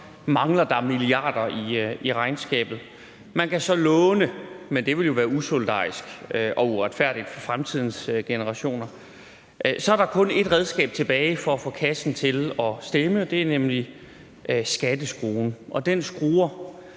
mangler der milliarder i regnskabet. Man kan så låne, men det ville jo være usolidarisk og uretfærdigt over for fremtidens generationer. Så er der kun ét redskab tilbage for at få kassen til at stemme, nemlig skatteskruen, og den skruer